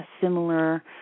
similar